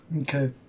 okay